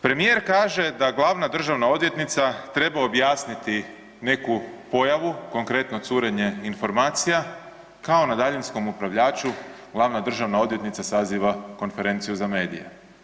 Premijer kaže da glavna državna odvjetnica treba objasniti neku pojavu, konkretno curenje informacija kao na daljinskom upravljaču glavna državna odvjetnica saziva konferenciju za medije.